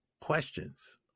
questions